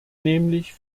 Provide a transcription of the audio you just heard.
nämlich